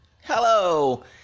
Hello